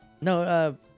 No